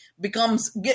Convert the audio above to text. becomes